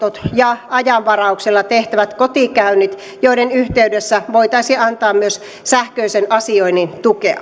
ja ajanvarauksella tehtävät kotikäynnit joiden yhteydessä voitaisiin antaa myös sähköisen asioinnin tukea